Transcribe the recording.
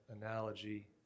analogy